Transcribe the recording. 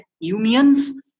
unions